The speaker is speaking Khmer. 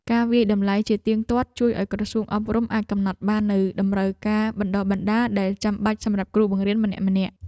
ការវាយតម្លៃជាទៀងទាត់ជួយឱ្យក្រសួងអប់រំអាចកំណត់បាននូវតម្រូវការបណ្តុះបណ្តាលដែលចាំបាច់សម្រាប់គ្រូបង្រៀនម្នាក់ៗ។